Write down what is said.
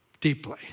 deeply